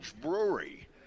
Brewery